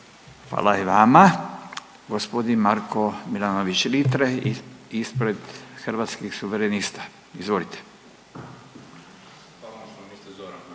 Hvala i vama. Gospodin Marko Milanović Litre ispred Hrvatskih suverenista, izvolite. …/Upadica iz klupe